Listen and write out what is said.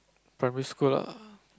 primary school ah